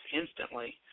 instantly